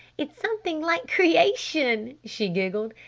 it's something like creation, she giggled.